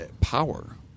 power